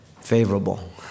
favorable